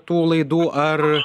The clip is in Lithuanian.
tų laidų ar